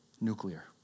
Nuclear